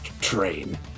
train